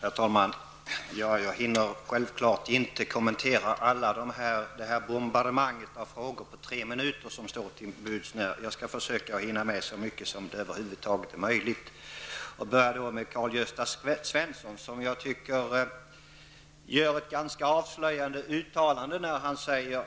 Herr talman! Jag hinner självfallet inte kommentera hela detta bombardemang av frågor på de tre minuter som står mig till buds, men jag skall försöka att hinna med så mycket som över huvud taget är möjligt. Jag börjar med Karl-Gösta Svenson, som jag tycker gör ett ganska avslöjande uttalande när han säger: